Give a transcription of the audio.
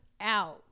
out